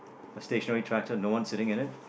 a stationary tractor no one sitting in it